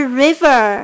river